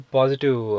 positive